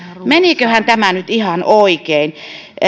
meniköhän tämä nyt ihan oikein